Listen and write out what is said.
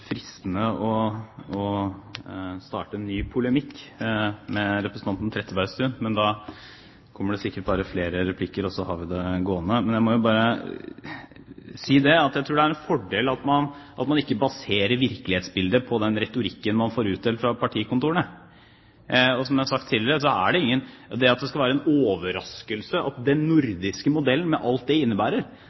fristende å starte en ny polemikk med representanten Trettebergstuen, men da kommer det sikkert bare flere replikker, og så har vi det gående. Men jeg må jo bare si at jeg tror det er en fordel at man ikke baserer virkelighetsbildet på den retorikken man får utdelt fra partikontorene. Og til det at det skal være en overraskelse at den nordiske modellen, med alt det innebærer,